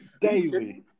Daily